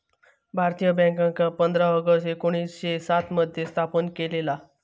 भारतीय बॅन्कांका पंधरा ऑगस्ट एकोणीसशे सात मध्ये स्थापन केलेला